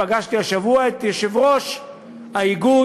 פגשתי השבוע את יושב-ראש האיגוד,